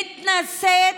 מתנשאת,